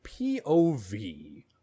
POV